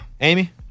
Amy